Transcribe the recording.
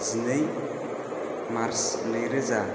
जिनै मार्च नैरोजा